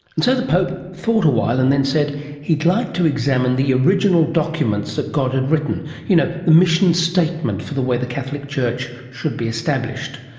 and so the pope thought a while and then said he'd like to examine the original documents that god had written, you know the mission statement for the way the catholic church should be established.